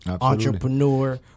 entrepreneur